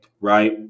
right